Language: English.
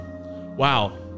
Wow